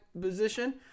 position